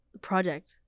project